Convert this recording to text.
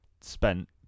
spent